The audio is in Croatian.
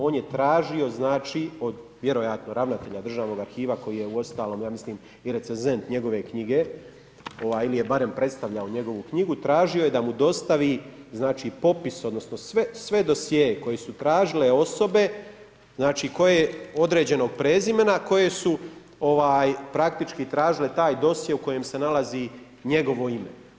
On je tražio, znači, od vjerojatno ravnatelja državnog arhiva, koji je uostalom, ja mislim i recenzent njegove knjige, ili je barem predstavljao njegovu knjigu, tražio je da mu dostavi, znači popis, odnosno, sve dosjee koji su tražile osobe, znači, koje određeno prezimena, koje su, praktički tražile taj dosjee u kojem se nalazi njegovo ime.